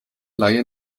laie